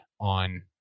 on